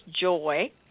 Joy